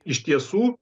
iš tiesų